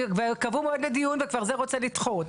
קבעו מועד לדיון, ואז זה רוצה לדחות.